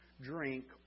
drink